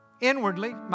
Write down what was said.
Inwardly